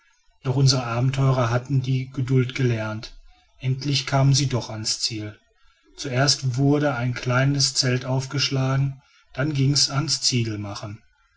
doch unsere abenteurer hatten die geduld gelernt endlich kamen sie doch an's ziel zuerst wurde ein kleines zelt aufgeschlagen dann ging es